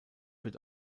wird